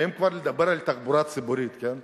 ואם כבר לדבר על תחבורה ציבורית, כן?